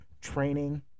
training